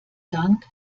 dank